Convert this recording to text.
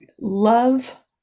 love